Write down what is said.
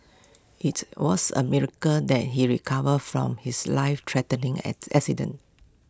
IT was A miracle that he recovered from his lifethreatening at accident